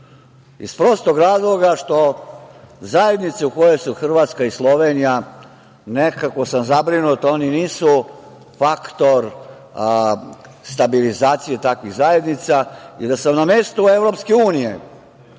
iz prostog razloga što zajednica u kojoj su Hrvatska i Slovenija, nekako sam zabrinut, oni nisu faktor stabilizacije takvih zajednica. Da sam na mestu EU, još